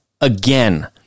again